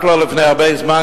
רק לא לפני הרבה זמן,